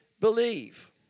believe